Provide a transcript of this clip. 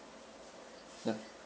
ya